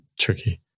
tricky